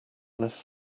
less